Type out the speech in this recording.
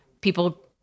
people